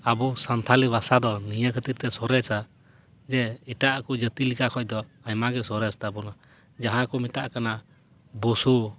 ᱟᱵᱚ ᱥᱟᱱᱛᱷᱟᱞᱤ ᱵᱷᱟᱥᱟ ᱫᱚ ᱱᱤᱭᱟᱹ ᱠᱷᱟᱹᱛᱤᱨ ᱛᱮ ᱥᱚᱨᱮᱥᱟ ᱡᱮ ᱮᱴᱟᱜ ᱠᱚ ᱡᱟᱹᱛᱤ ᱞᱮᱠᱟ ᱠᱷᱚᱱ ᱫᱚ ᱟᱭᱢᱟᱜᱮ ᱥᱚᱨᱮᱥ ᱛᱟᱵᱚᱱᱟ ᱡᱟᱦᱟᱸ ᱠᱚ ᱢᱮᱛᱟᱜ ᱠᱟᱱᱟ ᱵᱳᱥᱳ